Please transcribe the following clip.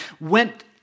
went